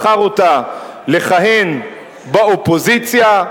בחר אותה לכהן באופוזיציה,